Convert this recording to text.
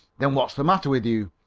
then what's the matter with you?